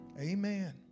Amen